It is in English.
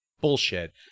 bullshit